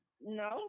No